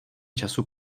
času